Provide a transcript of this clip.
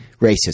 racism